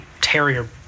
terrier